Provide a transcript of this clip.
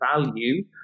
value